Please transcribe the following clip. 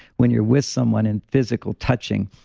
when you're with someone in physical touching,